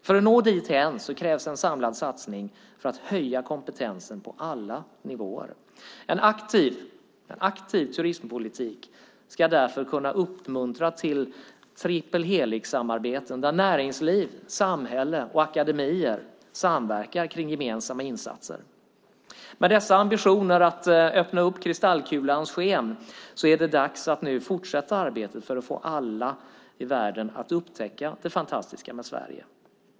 För att nå dithän krävs en samlad satsning för att höja kompetensen på alla nivåer. En aktiv turistpolitik ska därför kunna uppmuntra till trippelhelixsamarbeten där näringsliv, samhälle och akademier samverkar kring gemensamma insatser. Med dessa ambitioner att öppna kristallkulans sken är det dags att nu fortsätta arbetet för att få alla i världen att upptäcka det fantastiska med Sverige.